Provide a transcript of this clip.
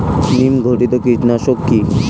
নিম ঘটিত কীটনাশক কি?